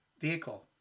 vehicle